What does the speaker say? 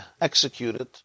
executed